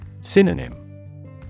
Synonym